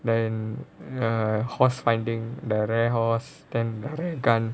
then err horse finding the rare horse then the rare gun